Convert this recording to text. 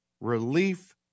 relief